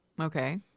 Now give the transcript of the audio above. okay